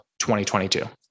2022